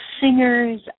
singers